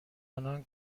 آنان